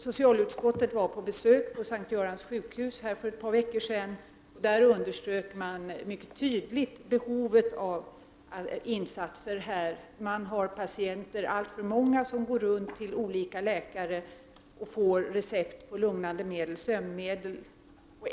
Socialutskottet var för ett par veckor sedan på besök på S:t Görans sjukhus. På sjukhuset underströk man mycket tydligt behovet av insatser på detta område. Alltför många patienter går i dag runt till olika läkare och får recept på lugnande medel, sömnmedel.